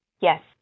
Yes